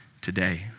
today